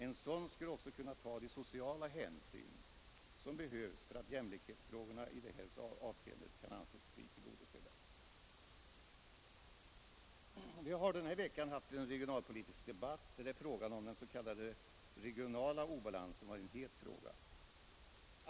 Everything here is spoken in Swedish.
En sådan skulle också kunna ta de sociala hänsyn som behövs för att jämlikhetsfrågorna i detta avseende kan anses bli tillgodosedda. Vi har den här veckan haft en regionalpolitisk debatt där den s.k. regionala obalansen var en het fråga.